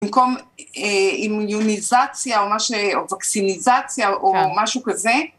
במקום אימויוניזציה או מה ש... או וקסיניזציה או משהו כזה.